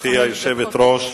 גברתי היושבת-ראש,